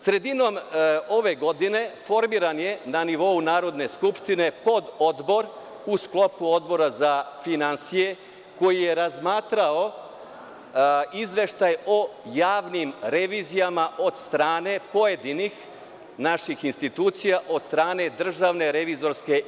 Sredinom ove godine formiran je na nivou Narodne skupštine pododbor u sklopu Odbora za finansije koji je razmatrao izveštaje o javnim revizijama od strane pojedinih naših institucija, od strane DRI.